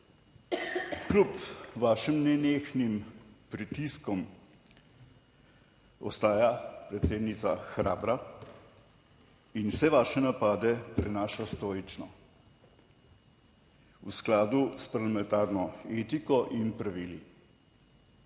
Kljub vašim nenehnim pritiskom ostaja predsednica hrabra in vse vaše napade prenaša stoično v skladu s parlamentarno etiko in pravili,